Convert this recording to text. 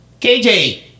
kj